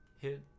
hit